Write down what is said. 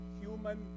human